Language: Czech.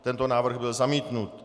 Tento návrh byl zamítnut.